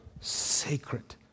sacred